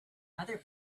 other